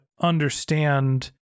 understand